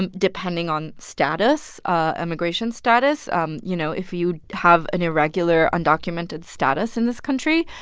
and depending on status ah immigration status um you know, if you have an irregular, undocumented status in this country,